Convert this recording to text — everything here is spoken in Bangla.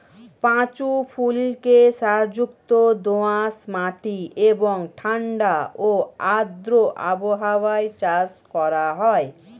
পাঁচু ফুলকে সারযুক্ত দোআঁশ মাটি এবং ঠাণ্ডা ও আর্দ্র আবহাওয়ায় চাষ করা হয়